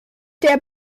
der